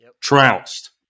Trounced